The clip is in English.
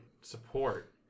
...support